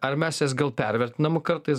ar mes jas gal pervertinam kartais